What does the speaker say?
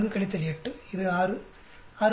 4 8 இது 6 6